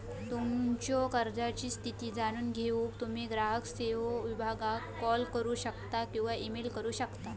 तुमच्यो कर्जाची स्थिती जाणून घेऊक तुम्ही ग्राहक सेवो विभागाक कॉल करू शकता किंवा ईमेल करू शकता